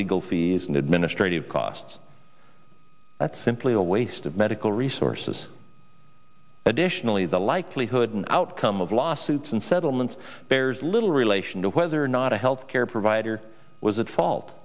legal fees and administrative costs that simply a waste of medical resources additionally the likelihood and outcome of lawsuits and settlements bears little relation to whether or not a health care provider was at fault